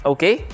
Okay